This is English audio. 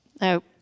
no